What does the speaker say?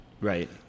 Right